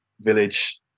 village